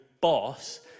boss